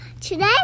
today